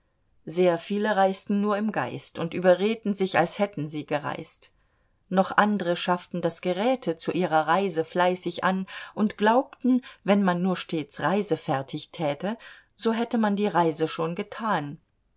sehr viele reisten nur im geist und überredten sich als hätten sie gereist noch andre schafften das geräte zu ihrer reise fleißig an und glaubten wenn man nur stets reisefertig täte so hätte man die reise schon getan